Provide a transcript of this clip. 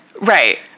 Right